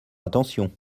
attention